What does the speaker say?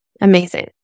Amazing